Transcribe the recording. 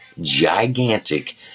gigantic